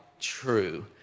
true